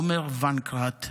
עומר ונקרט,